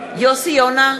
יוסי יונה,